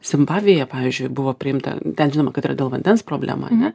zimbabvėje pavyzdžiui buvo priimta ten žinoma kad yra dėl vandens problema ar ne